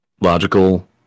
logical